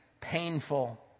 painful